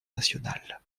nationale